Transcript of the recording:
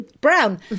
brown